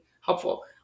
helpful